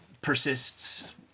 persists